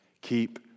Keep